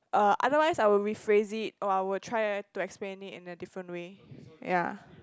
err otherwise I will rephrase it or I will try to explain it in a different way ya